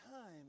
time